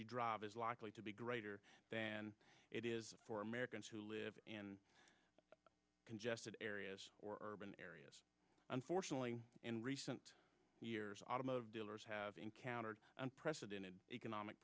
you drive is likely to be greater than it is for americans who live in congested areas or in areas unfortunately in recent years automotive dealers have encountered unprecedented economic